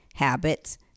Habits